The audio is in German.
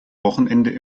wochenende